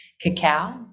cacao